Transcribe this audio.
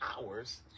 hours